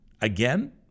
Again